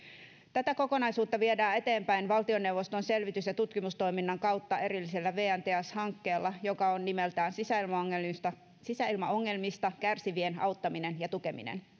tätä kokonaisuutta viedään eteenpäin valtioneuvoston selvitys ja tutkimustoiminnan kautta erillisellä vn teas hankkeella joka on nimeltään sisäilmaongelmista sisäilmaongelmista kärsivien auttaminen ja tukeminen